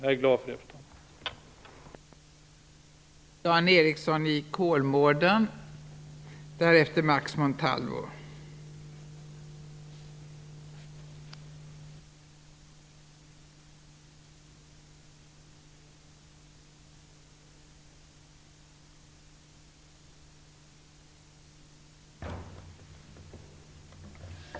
Jag är glad över enigheten här.